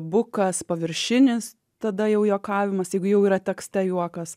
bukas paviršinis tada jau juokavimas jeigu jau yra tekste juokas